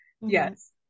Yes